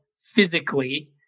physically